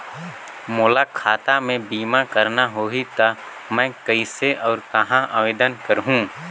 मोला खाता मे बीमा करना होहि ता मैं कइसे और कहां आवेदन करहूं?